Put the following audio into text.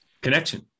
Connection